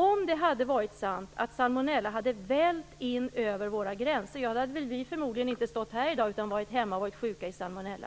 Om det hade varit sant att salmonella hade vällt in över våra gränser hade vi förmodligen inte stått här i dag, utan vi hade varit hemma och varit sjuka i salmonella.